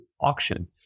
auction